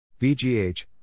VGH